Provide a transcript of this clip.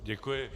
Děkuji.